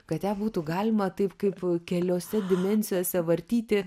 kad ją būtų galima taip kaip keliose dimensijose vartyti